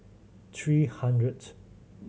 three hundredth